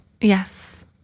yes